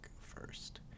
first